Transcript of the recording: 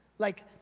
like,